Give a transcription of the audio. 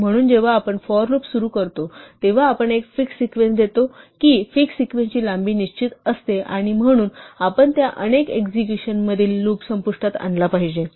म्हणून जेव्हा आपण फॉर लूप सुरू करतो तेव्हा आपण एक फिक्स सीक्वेन्स देतो की फिक्स सीक्वेन्सची लांबी निश्चित असते आणि म्हणून आपण त्या अनेक एक्झिक्यूशनमधील लूप संपुष्टात आणला पाहिजे